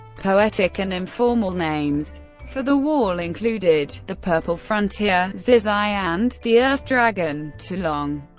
poetic and informal names for the wall included the purple frontier zisai and the earth dragon tulong.